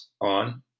on